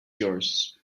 yours